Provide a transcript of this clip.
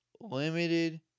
Limited